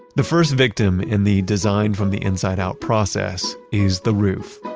the first victim in the design from the inside out process is the roof.